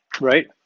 right